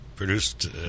Produced